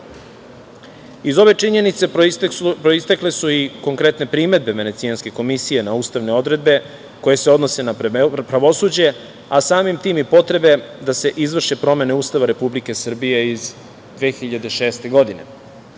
EU.Iz ove činjenice proistekle su i konkretne primedbe Venecijanske komisije na ustavne odredbe koje se odnose na pravosuđe, a samim tim i potrebe da se izvrše promene Ustava Republike Srbije iz 2006. godine.U